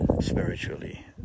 spiritually